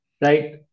right